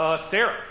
Sarah